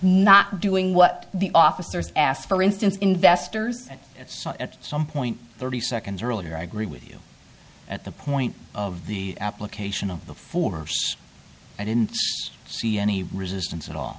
not doing what the officers asked for instance investors and at some point thirty seconds earlier i agree with you at the point of the application of the force i didn't see any resistance at all